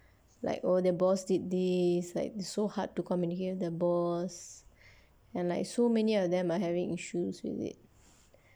like oh their boss did this like so hard to communicate with the boss and like so many of them are having issues with it